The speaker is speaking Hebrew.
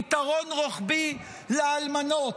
פתרון רוחבי לאלמנות.